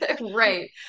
Right